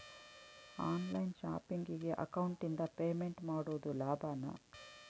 On line ಶಾಪಿಂಗಿಗೆ ಅಕೌಂಟಿಂದ payment ಮಾಡೋದು ಲಾಭಾನ?